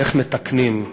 איך מתקנים.